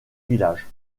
village